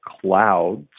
clouds